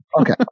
Okay